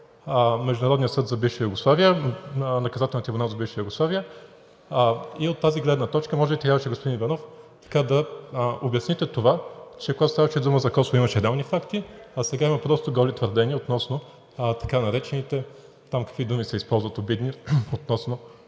Международният съд за бивша Югославия, Наказателният трибунал за бивша Югославия. От тази гледна точка може би трябваше, господин Иванов, да обясните това, че когато ставаше дума за Косово, имаше реални факти, а сега има просто голи твърдения относно така наречените – какви думи се използват обидни там